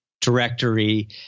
directory